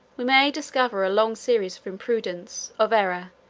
we may discover a long series of imprudence, of error,